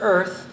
Earth